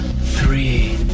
three